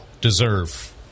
deserve